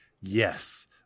Yes